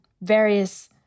various